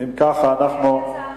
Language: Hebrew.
אם כך, אנחנו,